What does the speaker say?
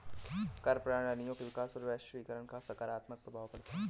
कर प्रणालियों के विकास पर वैश्वीकरण का सकारात्मक प्रभाव पढ़ता है